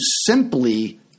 simply